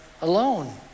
alone